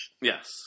Yes